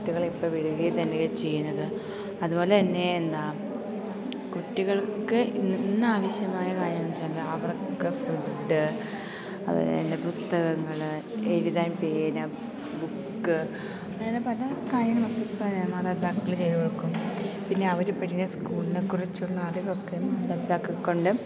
കുട്ടികളിപ്പോള് തന്നെ ചെയ്യുന്നത് അതുപോലെതന്നെ എന്താണ് കുട്ടികൾക്ക് ഇന്ന് ആവശ്യമായ കാര്യമെന്നുവെച്ചാല് അവർക്ക് ഫുഡ് അതുപോലെതന്നെ പുസ്തകങ്ങള് എഴുതാൻ പേന ബുക്ക് അങ്ങനെ പല കാര്യങ്ങളൊക്കെ മാതാപിതാക്കള് ചെയ്തുകൊടുക്കും പിന്നെ അവരെ വിടുന്ന സ്കൂളിനെക്കുറിച്ചുള്ള അറിവൊക്കെ നമ്മുടെ മാതപിതാക്കള്ക്കുണ്ട്